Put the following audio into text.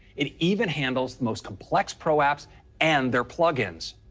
it even handles the most complex pro apps and their plug-ins.